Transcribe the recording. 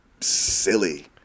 silly